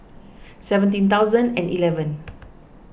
seventeen thousand and eleven